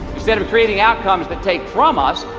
instead of creating outcomes to take from us,